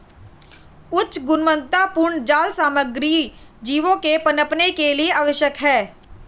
उच्च गुणवत्तापूर्ण जाल सामग्री जीवों के पनपने के लिए आवश्यक है